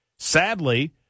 Sadly